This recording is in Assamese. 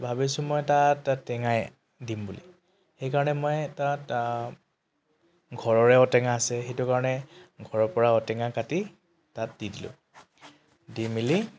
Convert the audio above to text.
ভাবিছোঁ মই তাত টেঙাই দিম বুলি সেইকাৰণে মই তাত ঘৰৰে ঔটেঙা আছে সেইটো কাৰণে ঘৰৰ পৰা ঔটেঙা কাটি তাত দি দিলোঁ দি মেলি